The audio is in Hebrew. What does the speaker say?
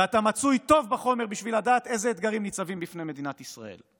ואתה מצוי טוב בחומר בשביל לדעת איזה אתגרים ניצבים בפני מדינת ישראל.